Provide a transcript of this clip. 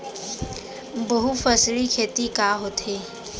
बहुफसली खेती का होथे?